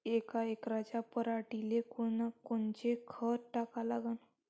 यका एकराच्या पराटीले कोनकोनचं खत टाका लागन?